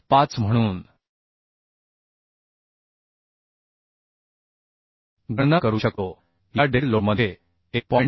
5 म्हणून गणना करू शकतो या डेड लोडमध्ये 1